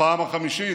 בפעם החמישית,